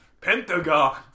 Pentagon